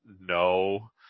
No